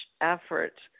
effort